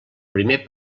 primer